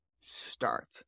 start